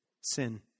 sin